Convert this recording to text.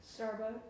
Starbucks